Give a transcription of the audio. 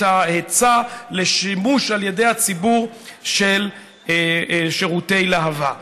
את ההיצע לשימוש על ידי הציבור של שירותי להב"ה.